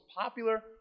popular